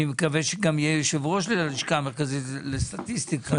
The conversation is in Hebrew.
אני מקווה שגם יהיה יושב-ראש ללשכה המרכזית לסטטיסטיקה.